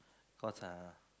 cause uh